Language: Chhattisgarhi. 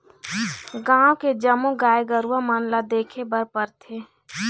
गाँव के जम्मो गाय गरूवा मन ल देखे बर परथे